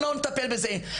או לא נטפל בזה,